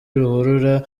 ruhurura